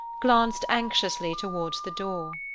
glanced anxiously towards the door.